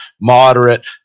moderate